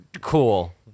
Cool